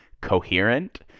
coherent